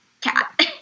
Cat